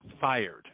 fired